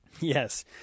Yes